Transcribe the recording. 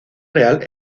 real